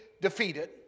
defeated